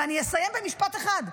ואני אסיים במשפט אחד,